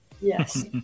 Yes